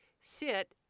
sit